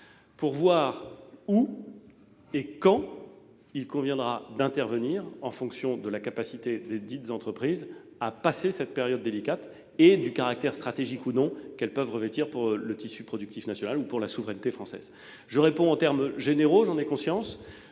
pour déterminer où et quand il conviendra d'intervenir en fonction de la capacité desdites entreprises à passer cette période délicate et de leur caractère stratégique ou non pour le tissu productif national ou pour la souveraineté française. Je vous ai répondu de manière générale, j'en ai conscience,